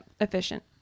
efficient